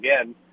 again